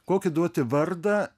kokį duoti vardą